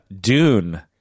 Dune